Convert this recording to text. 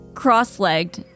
cross-legged